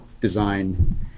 design